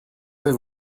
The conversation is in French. avez